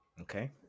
Okay